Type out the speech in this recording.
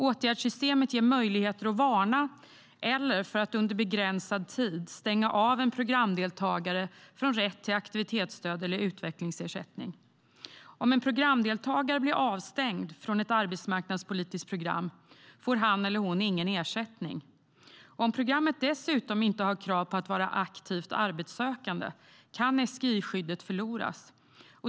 Åtgärdssystemet ger möjligheter att varna eller att under begränsad tid stänga av en programdeltagare från rätt till aktivitetsstöd eller utvecklingsersättning. Om en programdeltagare blir avstängd från ett arbetsmarknadspolitiskt program får han eller hon ingen ersättning. Om programmet dessutom inte har krav på att vara aktivt arbetssökande kan SGI-skyddet förloras.